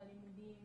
בלימודים,